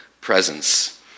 presence